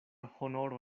honoro